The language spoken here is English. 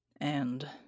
And